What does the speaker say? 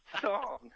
Song